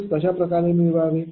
losses कशाप्रकारे मिळवावे